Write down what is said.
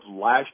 last